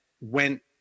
went